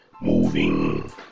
moving